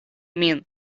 min